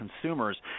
consumers